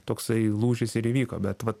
toksai lūžis ir įvyko bet vat